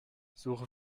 suche